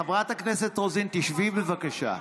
חברת הכנסת רוזין, תשבי, בבקשה.